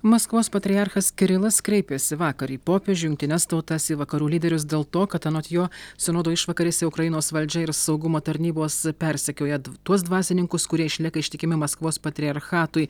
maskvos patriarchas kirilas kreipėsi vakar į popiežių jungtines tautas į vakarų lyderius dėl to kad anot jo sinodo išvakarėse ukrainos valdžia ir saugumo tarnybos persekioja tuos dvasininkus kurie išlieka ištikimi maskvos patriarchatui